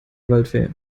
waldfee